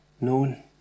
known